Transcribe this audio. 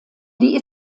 die